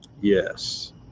Yes